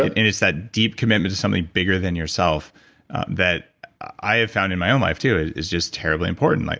it's that deep commitment to something bigger than yourself that i have found in my own life too is is just terribly important. like